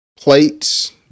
plates